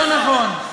לא נכון.